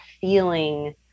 feeling